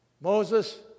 Moses